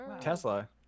Tesla